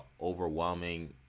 overwhelming